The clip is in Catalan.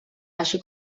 així